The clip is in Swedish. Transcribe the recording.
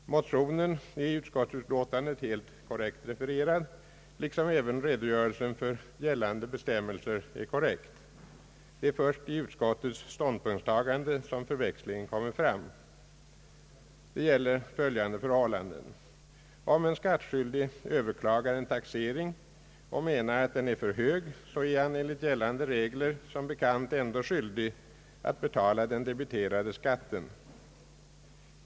Motionen är i betänkandet helt 'korrékt refererad, liksom även redogörelsen för gällande bestämmelser är korrekt. Det är först i utskottets ståndpunktstagande som förväxlingen kommer fram. Det gäller följande förhållanden: Om en skattskyldig överklagar en taxering och menar att den är för hög, är han enligt gällande regler som bekant ändå skyldig att betala den debiterade skatten.